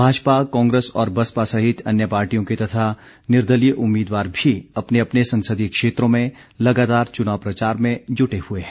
भाजपा कांग्रेस और बसपा सहित अन्य पार्टियों के तथा निर्दलीय उम्मीदवार भी अपने अपने संसदीय क्षेत्रों में लगातार चुनाव प्रचार में जुटे हुए हैं